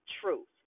truth